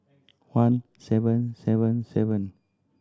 one seven seven seven